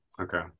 okay